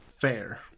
fair